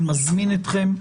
אני מזמין אתכם.